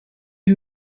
who